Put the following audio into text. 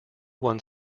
won